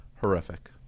horrific